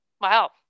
Wow